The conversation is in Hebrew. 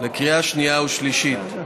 בקריאה שנייה ושלישית.